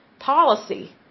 Policy